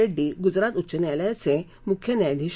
रेङ्डी गुजरात उच्च न्यायालयाचे मुख्य न्यायाधीश आहेत